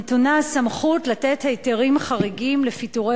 נתונה הסמכות לתת היתרים חריגים לפיטורי